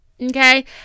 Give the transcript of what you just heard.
Okay